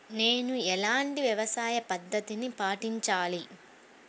నేను ఎలాంటి వ్యవసాయ పద్ధతిని పాటించాలి?